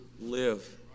live